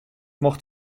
mocht